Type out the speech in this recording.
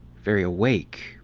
very awake,